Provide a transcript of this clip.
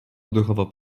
odruchowo